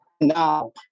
Now